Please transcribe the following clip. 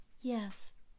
Yes